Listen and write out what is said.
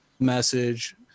message